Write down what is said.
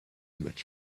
much